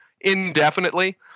indefinitely